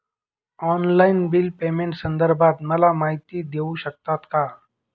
Online bill पेमेंटसंदर्भात मला माहिती देऊ शकतात का?